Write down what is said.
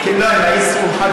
אסרו חג,